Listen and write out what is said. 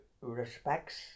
respects